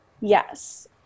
Yes